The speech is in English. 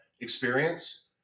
experience